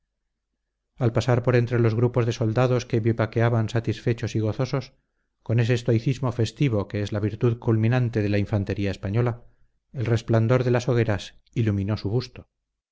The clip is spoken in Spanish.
al pasar por entre los grupos de soldados que vivaqueaban satisfechos y gozosos con ese estoicismo festivo que es la virtud culminante de la infantería española el resplandor de las hogueras iluminó su busto